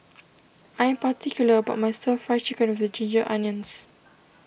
I am particular about my Stir Fry Chicken with the Ginger Onions